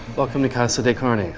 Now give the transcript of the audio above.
welcome to casa de carne.